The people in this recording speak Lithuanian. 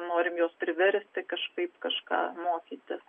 norim juos priversti kažkaip kažką mokytis